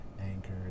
Anchor